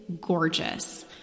gorgeous